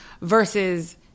versus